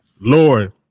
Lord